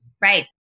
Right